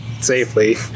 safely